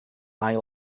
ail